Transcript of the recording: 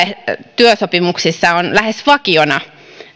työsopimuksissa on lähes vakiona